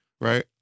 right